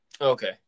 Okay